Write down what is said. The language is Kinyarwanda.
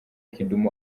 kidum